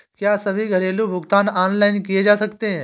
क्या सभी घरेलू भुगतान ऑनलाइन किए जा सकते हैं?